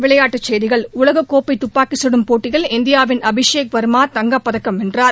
விளையாட்டுச் செய்திகள் உலகக்கோப்பை துப்பாக்கிசுடும் போட்டியில் இந்தியவின் அபிஷேக் வர்மா தங்கப்பதக்கம் வென்றார்